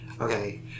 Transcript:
Okay